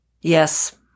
Yes